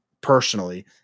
personally